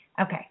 Okay